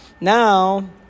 Now